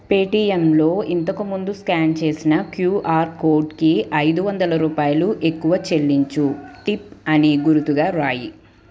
పేటిఎమ్లో ఇంతకు ముందు స్కాన్ చేసిన క్యూఆర్ కోడ్కి అయిదు వందల రూపాయలు ఎక్కువ చెల్లించు టిప్ అని గురుతుగా వ్రాయుము